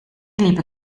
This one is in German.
liebe